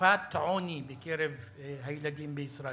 למגפת עוני בקרב הילדים בישראל.